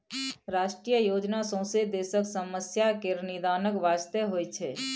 राष्ट्रीय योजना सौंसे देशक समस्या केर निदानक बास्ते होइ छै